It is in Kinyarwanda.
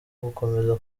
gukomeza